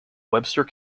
webster